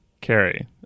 Carrie